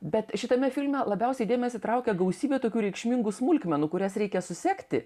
bet šitame filme labiausiai dėmesį traukia gausybė tokių reikšmingų smulkmenų kurias reikia susekti